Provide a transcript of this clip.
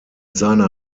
seiner